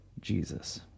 Jesus